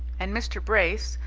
and mr. brace,